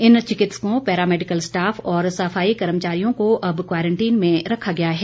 इन चिकित्सकों paramedical staff और सफाई कर्मचारियों को अब क्वारंटीन में रखा गया है